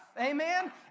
amen